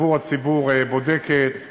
עבור הציבור, בודקת ומתריעה.